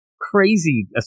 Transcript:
Crazy